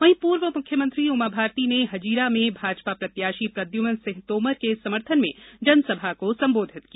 वहीं पूर्व मुख्यमंत्री उमा भारती ने हजीरा में भाजपा प्रत्याशी प्रद्यमन सिंह तोमर के समर्थन में जनसभा को संबोधित किया